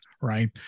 right